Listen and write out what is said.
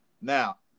Now